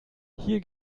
hier